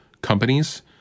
companies